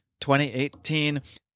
2018